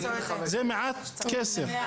מדובר במעט כסף.